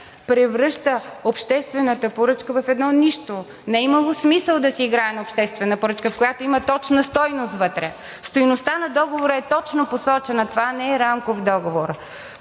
превръща обществената поръчка в едно нищо. Не е имало смисъл да си играем на обществена поръчка, в която има точна стойност вътре. Стойността на договора е точно посочена, това не е рамков договор.